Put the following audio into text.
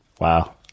Wow